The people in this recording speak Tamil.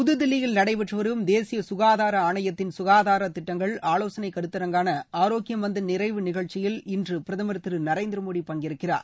புத்தில்லியில் நடைபெற்று வரும் தேசிய சுகாதார ஆணையத்தின் சுகாதாரத்திட்டங்கள் ஆலோசனை கருத்தரங்கான ஆரோக்கிய மந்தன் நிறைவு நிகழ்ச்சியில் இன்று பிரதமர் திரு நரேந்திர மோடி பங்கேற்கிறார்